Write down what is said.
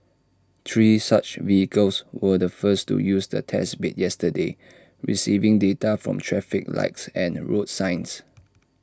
three such vehicles were the first to use the test bed yesterday receiving data from traffic lights and road signs